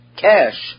cash